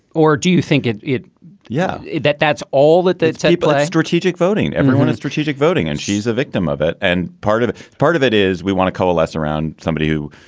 or do you think it it yeah, that that's all that the table and strategic voting, everyone in strategic voting. and she's a victim of it. and part of part of it is we want to coalesce around somebody who,